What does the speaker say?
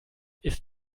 ist